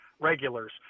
regulars